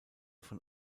von